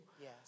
Yes